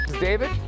David